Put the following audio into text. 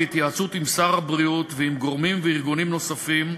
בהתייעצות עם שר הבריאות ועם גורמים וארגונים נוספים,